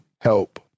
help